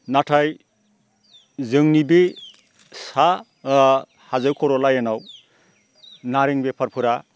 नाथाय जोंनि बे सा हाजो खर' लाइनआव नारें बेफारफोरा